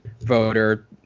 voter